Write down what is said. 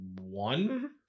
one